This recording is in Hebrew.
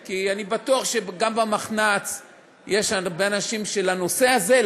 כי אני בטוח שגם במחנ"צ יש הרבה אנשים שלנושא הזה,